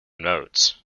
notes